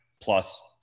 plus